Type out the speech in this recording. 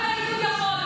רק הליכוד יכול.